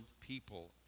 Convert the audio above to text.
people